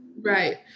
Right